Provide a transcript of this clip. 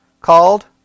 called